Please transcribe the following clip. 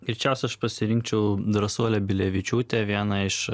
greičiausia aš pasirinkčiau drąsuolę bilevičiūtę vieną iš